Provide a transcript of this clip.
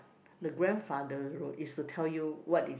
the grandfather road is to tell you what is